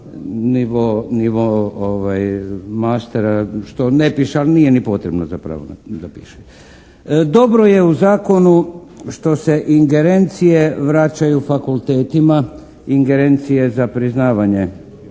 nivo mastera što ne piše, ali nije ni potrebno zapravo da piše. Dobro je u zakonu što se ingerencije vraćaju fakultetima, ingerencije za priznavanje